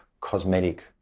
cosmetic